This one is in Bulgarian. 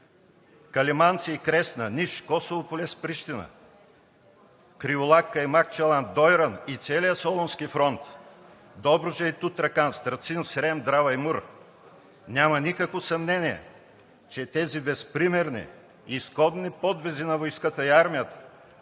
Калиманци и Кресна, Ниш, Косово поле с Прищина, Криволак, Каймакчалан, Дойран и целия Солунски фронт – Добруджа и Тутракан, Страцин, Срем, Драва и Мур, няма никакво съмнение, че тези безпримерни и изконни подвизи на войската и армията